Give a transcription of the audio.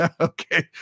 okay